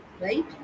Right